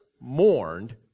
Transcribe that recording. mourned